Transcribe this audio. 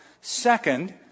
Second